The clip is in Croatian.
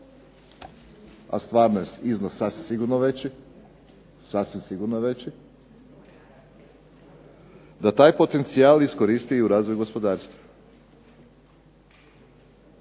a iznos je sasvim sigurno veći, da taj potencijal iskoristi u razvoj gospodarstva.